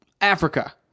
Africa